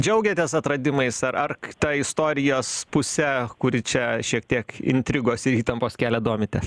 džiaugiatės atradimais ar ar ta istorijos puse kuri čia šiek tiek intrigos ir įtampos kelia domitės